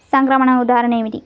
సంక్రమణ ఉదాహరణ ఏమిటి?